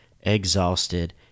exhausted